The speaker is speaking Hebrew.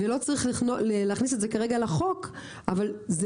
ולא צריך להכניס את זה כרגע לחוק אבל זו